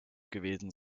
gewesen